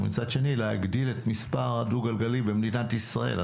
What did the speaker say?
מצד שני להגדיל את מספר הדו גלגלי במדינת ישראל.